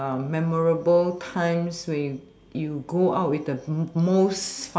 uh memorable times we you go out with the most